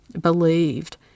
believed